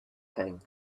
king